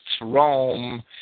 Rome